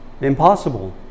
Impossible